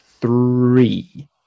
three